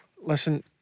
listen